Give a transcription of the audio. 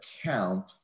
account